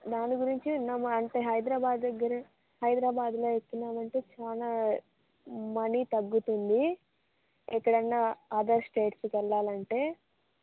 దాని గురించి ఉన్నామా అంటే హైదరాబాద్ దగ్గర హైదరాబాద్లో ఎక్కినామంటే చాలా మనీ తగ్గుతుంది ఎక్కడైనా అదర్ స్టేట్స్కి వెళ్ళాలంటే